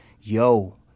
yo